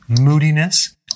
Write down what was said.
moodiness